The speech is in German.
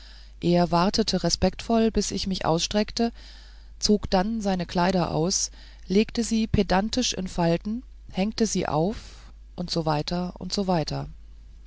er wartete respektvoll bis ich mich ausstreckte zog dann seine kleider aus legte sie pedantisch in falten hängte sie auf und so